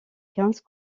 quinze